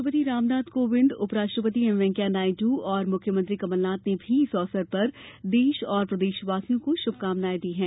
राष्ट्रपति रामनाथ कोविन्द उपराष्ट्रपति एम वेंकैया नायडू और मुख्यमंत्री कमलनाथ ने भी इस अवसर पर देश और प्रदेशवासियों को शुभकामनाएं दी हैं